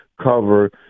cover